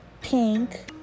Pink